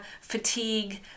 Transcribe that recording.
fatigue